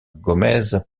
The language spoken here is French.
gómez